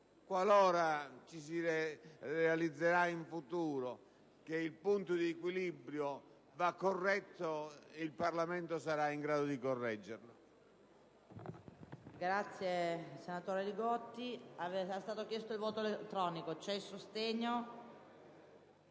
Qualora si realizzerà in futuro che il punto di equilibrio va corretto, il Parlamento sarà in grado di farlo.